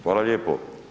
Hvala lijepo.